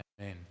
Amen